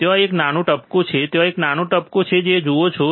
ત્યાં એક નાનું ટપકું છે ત્યાં એક નાનું ટપકું છે જે તમે જુઓ છો